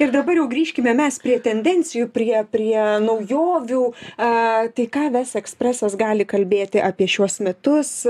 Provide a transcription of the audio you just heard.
ir dabar jau grįžkime mes prie tendencijų prie prie naujovių a tai ką vest ekspresas gali kalbėti apie šiuos metus